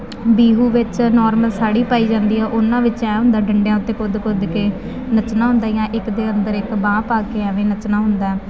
ਬੀਹੂ ਵਿੱਚ ਨੋਰਮਲ ਸਾੜੀ ਪਾਈ ਜਾਂਦੀ ਆ ਉਹਨਾਂ ਵਿੱਚ ਇਹ ਹੁੰਦਾ ਡੰਡਿਆਂ ਉੱਤੇ ਕੁੱਦ ਕੁੱਦ ਕੇ ਨੱਚਣਾ ਹੁੰਦਾ ਜਾਂ ਇੱਕ ਦੇ ਅੰਦਰ ਇੱਕ ਬਾਂਹ ਪਾ ਕੇ ਐਵੇਂ ਨੱਚਣਾ ਹੁੰਦਾ